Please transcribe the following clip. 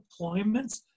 deployments